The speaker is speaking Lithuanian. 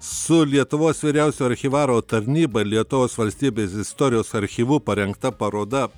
su lietuvos vyriausiojo archyvaro tarnyba ir lietuvos valstybės istorijos archyvu parengta paroda